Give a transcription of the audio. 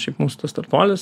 šiaip mūsų tas startuolis